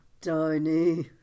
tiny